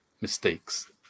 mistakes